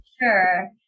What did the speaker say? sure